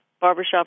barbershop